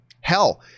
hell